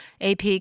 AP